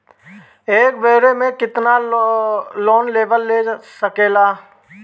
एक बेर में केतना लोन लेवल जा सकेला?